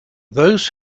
those